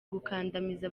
gukandamiza